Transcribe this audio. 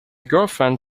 girlfriend